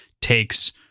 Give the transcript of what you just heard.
takes